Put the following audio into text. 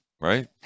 right